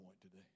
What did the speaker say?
today